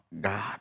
God